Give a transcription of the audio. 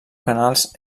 canals